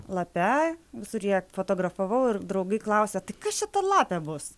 lape visur ją fotografavau ir draugai klausia tai kas čia ta lapė bus